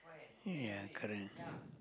ya current